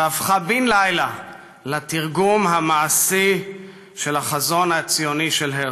והפכה בן לילה לתרגום המעשי של החזון הציוני של הרצל.